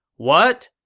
what?